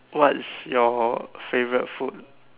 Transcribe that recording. what's your favourite food